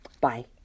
Bye